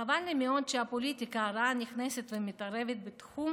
חבל לי מאוד שהפוליטיקה הרעה נכנסת ומתערבת בתחום